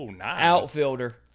outfielder